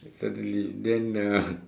suddenly then ah